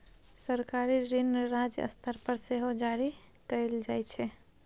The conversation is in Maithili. सरकारी ऋण राज्य स्तर पर सेहो जारी कएल जाइ छै